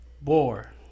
Bore